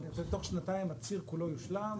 אני מעריך שתוך שנתיים הציר כולו יושלם,